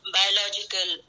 biological